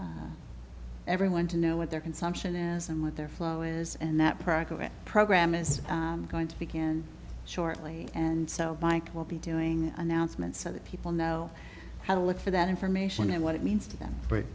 the everyone to know what their consumption as and what their flow is and that practical program is going to begin shortly and so mike will be doing announcements so that people know how to look for that information and what it means to them but